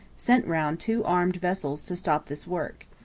sent round two armed vessels to stop this work.